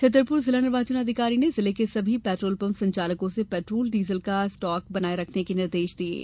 छतरपुर जिला निर्वाचन अधिकारी ने जिले के सभी पेट्रोलपंप संचालकों से पेट्रोल डीजल का स्टाक बनाये रखने के निर्देश दिये हैं